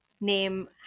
name